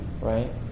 Right